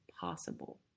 possible